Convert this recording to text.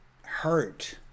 hurt